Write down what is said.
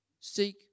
Seek